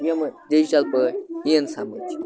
یِمہٕ ڈِجٹَل پٲٹھۍ یِن سَمٕجھ